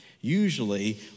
Usually